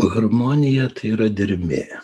harmonija tai yra dermė